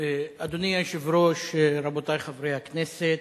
אדוני היושב-ראש, רבותי חברי הכנסת,